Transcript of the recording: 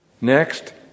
Next